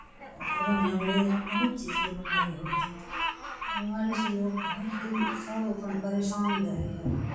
brain haemorrhage बहुत चीज जे बीमारी भऽ जाइए ई बीमारीसँ लोक भरि दिन सभ अपन परेशान रहैए